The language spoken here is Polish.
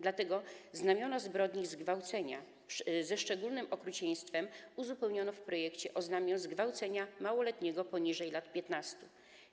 Dlatego znamiona zbrodni zgwałcenia ze szczególnym okrucieństwem uzupełniono w projekcie o znamię zgwałcenia małoletniego poniżej lat 15.